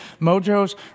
Mojo's